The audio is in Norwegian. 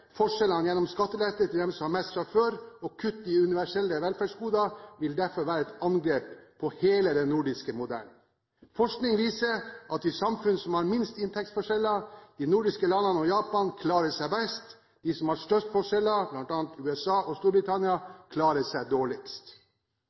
forskjellene gjennom skattelette til dem som har mest fra før, og kutte i universelle velferdsgoder vil derfor være et angrep på hele den nordiske modellen. Forskning viser at de samfunnene som har minst inntektsforskjeller – de nordiske landene og Japan – klarer seg best. De som har størst forskjeller – bl.a. USA og Storbritannia